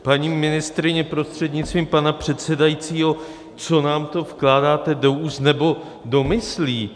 Paní ministryně prostřednictvím pana předsedajícího, co nám to vkládáte do úst nebo do myslí?